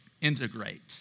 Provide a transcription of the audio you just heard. integrate